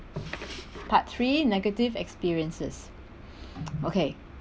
part three negative experiences okay